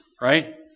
right